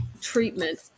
treatment